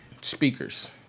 speakers